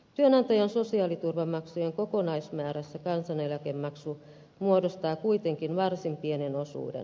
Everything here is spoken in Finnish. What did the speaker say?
työnantajan sosiaaliturvamaksujen kokonaismäärässä kansaneläkemaksu muodostaa kuitenkin varsin pienen osuuden